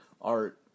art